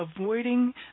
avoiding